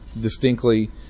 distinctly